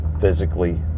physically